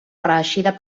reeixida